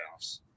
playoffs